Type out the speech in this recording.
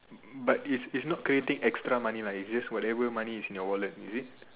but is is not creating extra money lah it's just whatever money is in your wallet is it